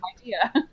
idea